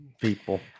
people